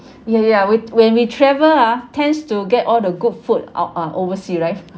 ya ya we when we travel ah tends to get all the good food out uh oversea right